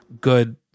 good